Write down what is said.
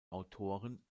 autoren